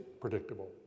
predictable